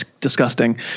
disgusting